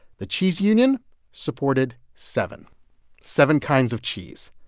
the cheese union supported seven seven kinds of cheese.